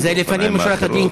זה לפנים משורת הדין,